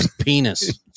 penis